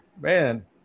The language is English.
Man